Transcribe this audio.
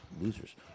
losers